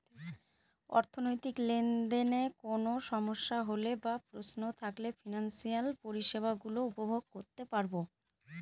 অর্থনৈতিক লেনদেনে কোন সমস্যা হলে বা প্রশ্ন থাকলে ফিনান্সিয়াল পরিষেবা গুলো উপভোগ করতে পারবো